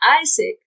Isaac